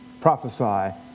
prophesy